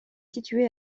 situé